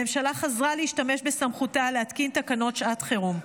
הממשלה חזרה להשתמש בסמכותה להתקין תקנות שעת חירום.